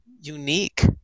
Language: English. unique